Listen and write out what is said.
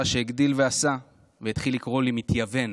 שהגדיל ועשה והתחיל לקרוא לי "מתייוון".